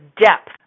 depth